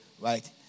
Right